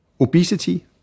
Obesity